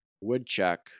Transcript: Woodchuck